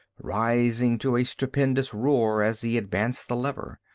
rising to a stupendous roar as he advanced the lever.